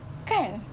kan